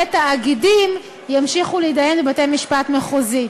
ותאגידים ימשיכו להתדיין בבתי-משפט מחוזיים.